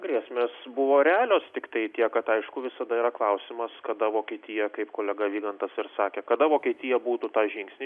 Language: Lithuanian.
grėsmės buvo realios tiktai tiek kad aišku visada yra klausimas kada vokietija kaip kolega vygantas ir sakė kada vokietija būtų tą žingsnį